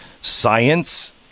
science